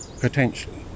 Potentially